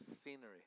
scenery